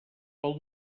pel